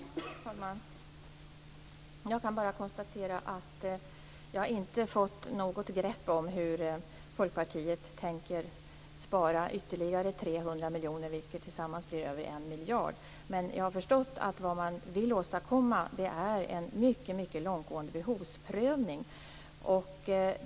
Herr talman! Jag kan bara konstatera att jag inte har fått något grepp om hur Folkpartiet tänker spara 300 miljoner i förhållande till regeringens belopp, vilket totalt blir över 1 miljard. Men jag har förstått att vad man vill åstadkomma är en mycket långtgående behovsprövning.